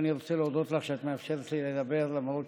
אני רוצה להודות לך על שאת מאפשרת לי לדבר למרות